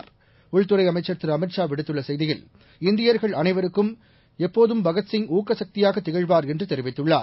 டள்துறை அமைச்சர் திரு அமித்ஷா விடுத்துள்ள செய்தியில் இந்தியர்கள் அனைவருக்கும் எப்போது பகத்சிங் ஊக்கக்தியாக திகழ்வார் என்று தெரிவித்துள்ளார்